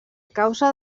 causa